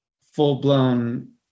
full-blown